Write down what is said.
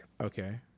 okay